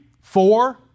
four